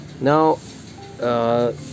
Now